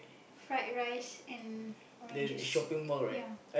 fried rice and orange juice ya